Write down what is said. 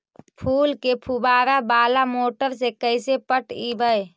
फूल के फुवारा बाला मोटर से कैसे पटइबै?